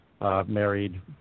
married